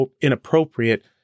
inappropriate